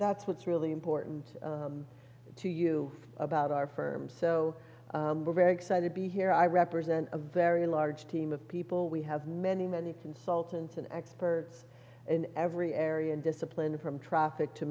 that's what's really important to you about our firm so we're very excited to hear i represent a very large team of people we have many many consultants and experts in every area discipline from traffic to